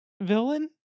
Villain